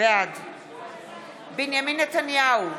בעד בנימין נתניהו,